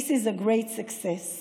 זו הצלחה כבירה.)